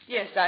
Yes